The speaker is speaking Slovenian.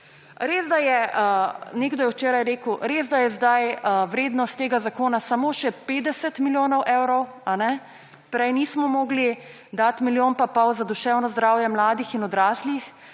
res, da je zdaj vrednost tega zakona samo še 50 milijonov evrov, prej nismo mogli dati milijona in pol za duševno zdravje mladih in odraslih,